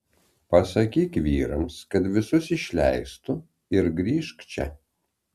pasakyk vyrams kad visus išleistų ir grįžk čia